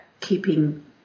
keeping